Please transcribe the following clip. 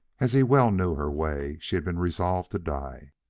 as he well knew her way, she had been resolved to die.